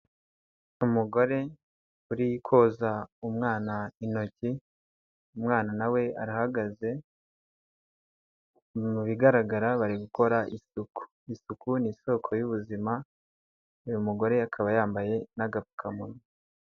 Umugore uri koza umwana intoki, umwana na we arahagaze mu bigaragara bari gukora isuku, isuku ni isoko y'ubuzima, uyu mugore akaba yambaye n'agapfukamunwa.